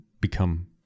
become